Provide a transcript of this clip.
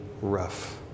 rough